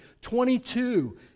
Twenty-two